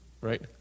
Right